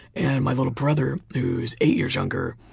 and my little brother who's eight years younger,